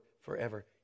forever